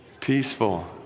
Peaceful